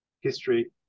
history